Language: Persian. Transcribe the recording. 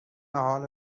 حالا